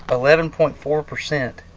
but eleven point four percent.